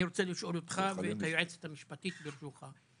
אני רוצה לשאול אותך ואת היועצת המשפטית ברשותך,